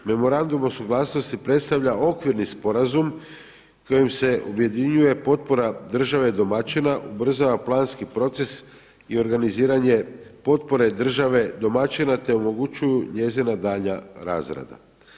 Memorandum o suglasnosti predstavlja okvirni sporazum kojim se objedinjuje potpora države domaćina, ubrzava planski proces i organiziranje potpore države domaćina, te omogućuje njezina daljnja razrada.